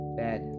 bad